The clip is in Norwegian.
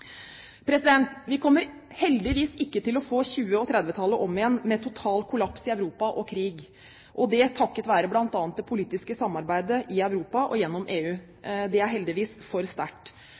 Vi kommer heldigvis ikke til å få 1920- og 1930-tallet om igjen med total kollaps i Europa og krig, og det takket være bl.a. det politiske samarbeidet i Europa og gjennom EU. Det er heldigvis for sterkt.